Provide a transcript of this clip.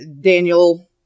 Daniel